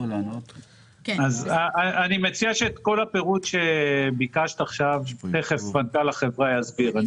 אני מציע שלגבי כל הפירוט שביקשת עכשיו מנכ"ל החברה יסביר.